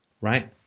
right